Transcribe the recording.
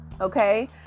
Okay